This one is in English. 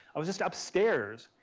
i was just upstairs.